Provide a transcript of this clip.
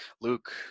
luke